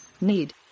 need